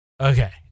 okay